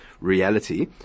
Reality